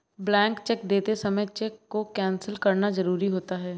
blank cheque देते समय cheque को कैंसिल करना जरुरी होता है